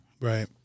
Right